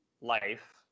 life